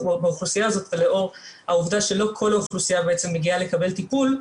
באוכלוסייה הזאת ולאור העובדה שלא כל האוכלוסייה מגיעה לקבל טיפול,